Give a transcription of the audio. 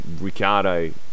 Ricardo